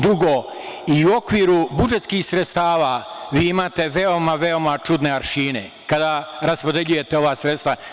Drugo, i u okviru budžetskih sredstava vi imate veoma, veoma čudne aršine kada raspodeljujete ova sredstva.